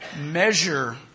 measure